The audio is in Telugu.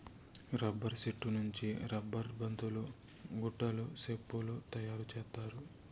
రబ్బర్ సెట్టు నుంచి రబ్బర్ బంతులు గుడ్డలు సెప్పులు తయారు చేత్తారు